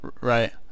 right